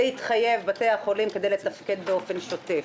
להתחייב, בתי החולים, כדי לתפקד באופן שוטף.